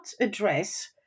address